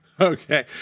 Okay